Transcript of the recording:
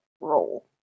roll